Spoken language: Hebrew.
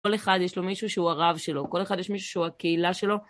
כל אחד יש לו מישהו שהוא הרב שלו, כל אחד יש מישהו שהוא הקהילה שלו.